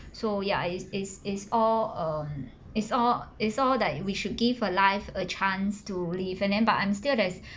so ya it's it's it's all um it's all it's all that we should give a life a chance to live and then but I'm still there's